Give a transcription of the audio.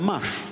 ממש.